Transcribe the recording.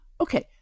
Okay